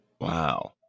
Wow